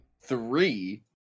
Three